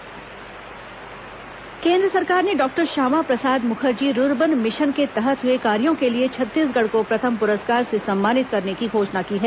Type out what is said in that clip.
rurban mission पुरस्कार केन्द्र सरकार ने doctor Shyamaprasad Mukherjee Rurban mission के तहत हुए कार्यो के लिए छत्तीसगढ़ को प्रथम पुरस्कार से सम्मानित करने की घोषणा की है